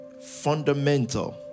fundamental